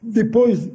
depois